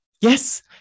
Yes